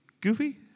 Goofy